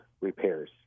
repairs